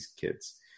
kids